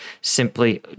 simply